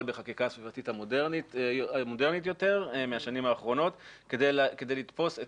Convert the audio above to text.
בחקיקה השגרתית המודרנית יותר מהשנים האחרונות כדי לתפוס את